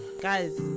Guys